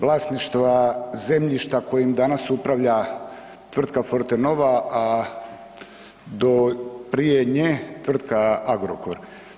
Vlasništva zemljišta kojim danas upravlja tvrtka Forte Nova, a do prije nje tvrtka Agrokor.